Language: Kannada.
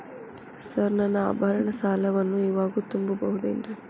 ಸರ್ ನನ್ನ ಆಭರಣ ಸಾಲವನ್ನು ಇವಾಗು ತುಂಬ ಬಹುದೇನ್ರಿ?